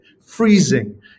freezing